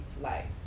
life